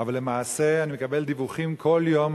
אבל למעשה אני מקבל עכשיו דיווחים כל יום,